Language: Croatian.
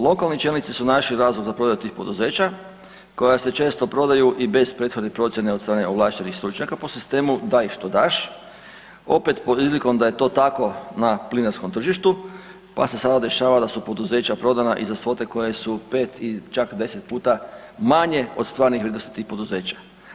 Lokani čelnici su našli razlog za prodaju tih poduzeća koja se često prodaju i bez prethodne procjene od strane ovlaštenih stručnjaka po sistemu daj što daš, opet pod izlikom da je to tako na plinarskom tržištu pa se sada dešava da su poduzeća prodana i za svote koje su 5 i čak 10 puta manje od stvarnih vrijednosti tih poduzeća.